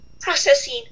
processing